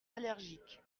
allergiques